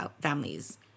families